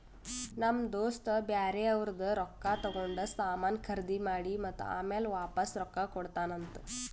ನಮ್ ದೋಸ್ತ ಬ್ಯಾರೆ ಅವ್ರದ್ ರೊಕ್ಕಾ ತಗೊಂಡ್ ಸಾಮಾನ್ ಖರ್ದಿ ಮಾಡಿ ಮತ್ತ ಆಮ್ಯಾಲ ವಾಪಾಸ್ ರೊಕ್ಕಾ ಕೊಡ್ತಾನ್ ಅಂತ್